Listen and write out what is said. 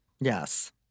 Yes